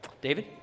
David